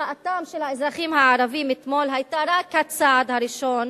מחאתם של האזרחים הערבים אתמול היתה רק הצעד הראשון,